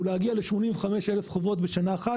הוא להגיע ל-85,000 חוברות בשנה אחת.